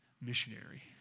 missionary